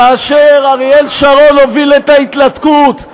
כאשר אריאל שרון הוביל את ההתנתקות,